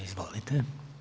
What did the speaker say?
Izvolite.